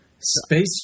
Space